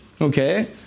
Okay